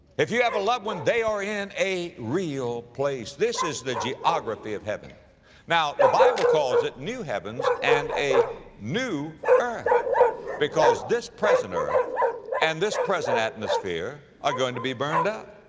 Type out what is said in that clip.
if you have a loved one, they are in a real place. this is the geography of now the bible calls it, new heavens and a new earth because this present earth and this present atmosphere are going to be burned up.